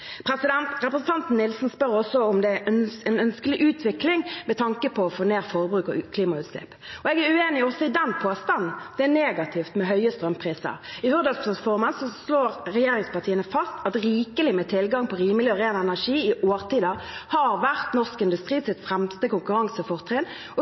Representanten Nilsen spør også om det er en ønskelig utvikling med tanke på å få ned forbruk og klimautslipp. Jeg er uenig også i den påstanden; det er negativt med høye strømpriser. I Hurdalsplattformen slår regjeringspartiene fast at rikelig med tilgang på rimelig og ren energi i årtier har vært norsk industris fremste konkurransefortrinn, og